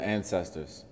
Ancestors